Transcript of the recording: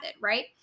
right